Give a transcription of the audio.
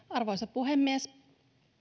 arvoisa puhemies